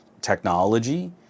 technology